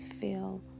feel